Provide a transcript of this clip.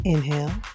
Inhale